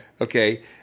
Okay